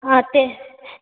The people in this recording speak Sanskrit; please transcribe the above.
ते